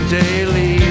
daily